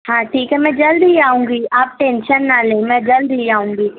ہاں ٹھیک ہے میں جلد ہی آؤں گی آپ ٹینشن نہ لیں میں جلد ہی آؤں گی